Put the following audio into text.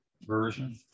Version